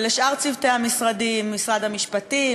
ולשאר צוותי המשרדים: משרד המשפטים,